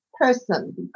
person